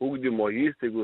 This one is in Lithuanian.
ugdymo įstaigų